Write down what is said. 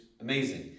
amazing